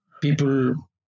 People